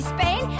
Spain